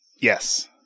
Yes